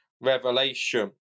revelation